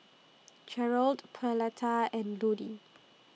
Jerrold Pauletta and Ludie